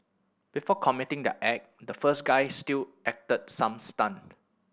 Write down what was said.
before committing their act the first guy still acted some stunt